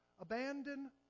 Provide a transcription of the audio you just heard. Abandon